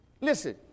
Listen